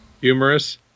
Humorous